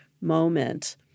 moment